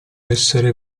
essere